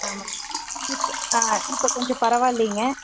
ஆமாங்க இப்பு ஆ இப்போ கொஞ்சம் பரவாயில்லிங்க